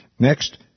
Next